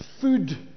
food